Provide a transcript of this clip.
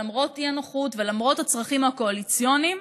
למרות האי-נוחות ולמרות הצרכים הקואליציוניים,